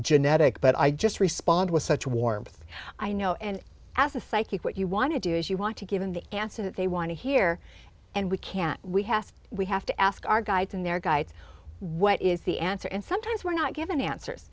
genetic but i just respond with such warmth i know and as a psychic what you want to do is you want to give them the answer that they want to hear and we can't we have we have to ask our guides and their guides what is the answer and sometimes we're not given answers